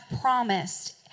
promised